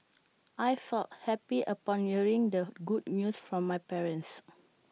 I felt happy upon hearing the good news from my parents